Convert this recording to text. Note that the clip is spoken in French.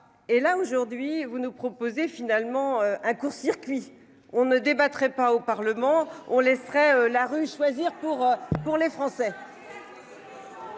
Et là aujourd'hui vous nous proposez finalement un court-circuit on ne débattrait pas au Parlement on laisserait la rue choisir pour pour les Français.